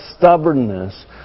stubbornness